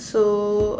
so